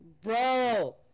Bro